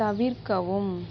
தவிர்க்கவும்